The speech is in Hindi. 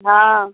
हाँ